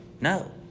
No